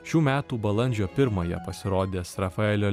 šių metų balandžio pirmąją pasirodęs rafaelio